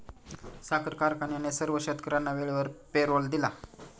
साखर कारखान्याने सर्व शेतकर्यांना वेळेवर पेरोल दिला